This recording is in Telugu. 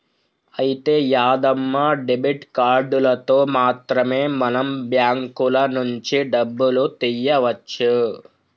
అయితే యాదమ్మ డెబిట్ కార్డులతో మాత్రమే మనం బ్యాంకుల నుంచి డబ్బులు తీయవచ్చు